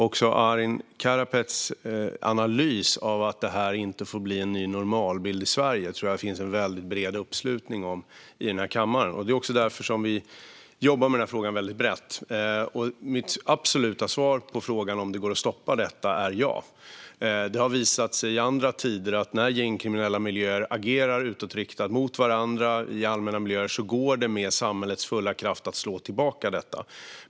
Också Arin Karapets analys att det här inte får bli en ny normalbild i Sverige tror jag att det finns bred uppslutning kring i denna kammare. Det är därför vi jobbar brett med frågan. Mitt absoluta svar på frågan om detta går att stoppa är ja. Det har visat sig i andra tider att när gängkriminella agerar utåtriktat mot varandra i allmänna miljöer går det med samhällets fulla kraft att slå tillbaka detta.